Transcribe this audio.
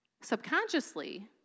subconsciously